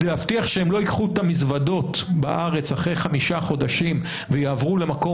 כדי להבטיח שהם לא ייקחו את המזוודות אחרי חמישה חודשים בארץ ויעברו למקום